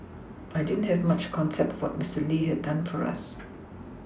I didn't have much concept for Mister Lee had done for us